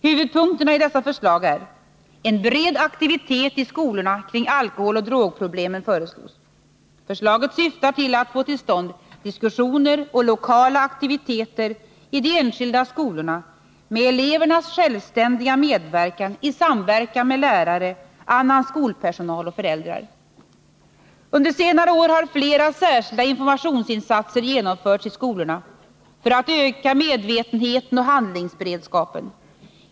Huvudpunkterna i dessa förslag är: En bred aktivitet i skolorna kring alkoholoch drogproblemen föreslås. Förslaget syftar till att få till stånd diskussioner och lokala aktiviteter i de enskilda skolorna med elevernas självständiga medverkan i samverkan med lärare, annan skolpersonal och föräldrar. Under senare år har flera särskilda informationsinsatser genomförts i skolorna för att öka medvetenheten och handlingsberedskapen.